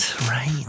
right